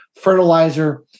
fertilizer